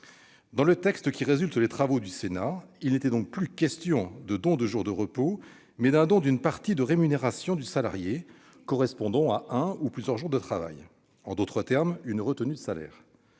Dans le texte qui résulte des travaux du Sénat, il n'était donc plus question de don de jours de repos, mais de don d'une partie de la rémunération du salarié correspondant à un ou plusieurs jours de travail : en d'autres termes, une retenue sur salaire.